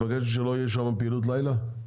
את מבקשת שלא תהיה שם פעילות לילה?